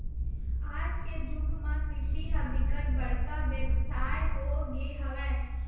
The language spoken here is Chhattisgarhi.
आज के जुग म कृषि ह बिकट बड़का बेवसाय हो गे हवय